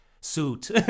suit